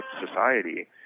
society